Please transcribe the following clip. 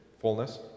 fullness